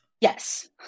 Yes